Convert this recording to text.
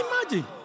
Imagine